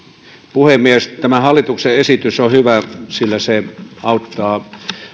puhemies tämä hallituksen esitys on hyvä sillä se auttaa